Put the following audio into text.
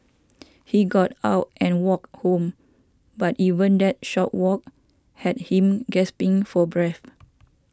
he got out and walked home but even that short walk had him gasping for breath